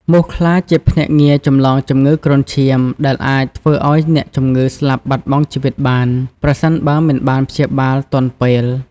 មូសខ្លាជាភ្នាក់ងារចម្លងជំងឺគ្រុនឈាមដែលអាចធ្វើឲ្យអ្នកជំងឺស្លាប់បាត់បង់ជីវិតបាន ប្រសិនបើមិនបានព្យាបាលទាន់ពេល។